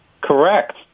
Correct